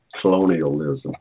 colonialism